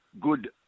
good